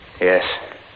Yes